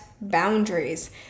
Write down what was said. boundaries